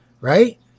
right